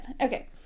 Okay